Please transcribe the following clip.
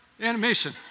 animation